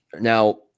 Now